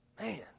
Man